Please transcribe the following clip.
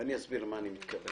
ואני אסביר למה אני מתכוון.